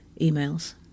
emails